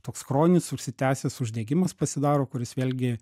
toks chronis užsitęsęs uždegimas pasidaro kuris vėlgi